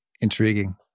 intriguing